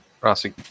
Rossi